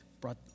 Brought